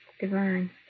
divine